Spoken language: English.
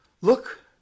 Look